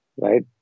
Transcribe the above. Right